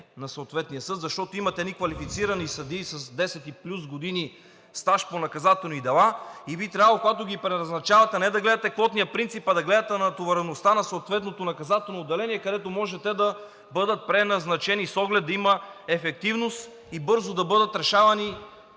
на съответния съд, защото има едни квалифицирани съдии с 10 и плюс години стаж по наказателни дела и би трябвало, когато ги преназначавате, не да гледате квотния принцип, а да гледате натовареността на съответното наказателно отделение, където те може да бъдат преназначени, с оглед да има ефективност и бързо да бъдат решавани